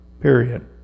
period